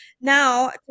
now